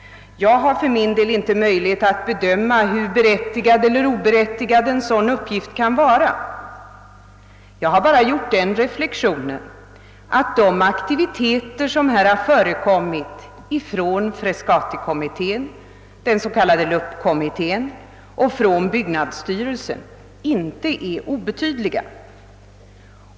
Jag har för min del inte möjligheter att bedöma hur berättigad eller oberättigad en sådan uppgift kan vara. Jag har bara gjort den reflexionen att de aktiviteter som härvidlag har förekommit från Frescatikommitténs, den s.k. LUP-kommitténs och från byggnadsstyrelsens sida är obetydliga.